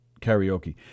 karaoke